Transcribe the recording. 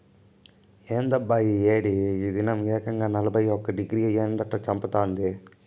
ఏందబ్బా ఈ ఏడి ఈ దినం ఏకంగా నలభై ఒక్క డిగ్రీ ఎండట చంపతాంది